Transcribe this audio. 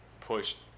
pushed